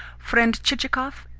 friend chichikov,